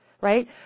right